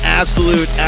absolute